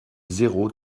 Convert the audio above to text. zéro